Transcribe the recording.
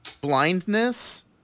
blindness